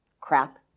crap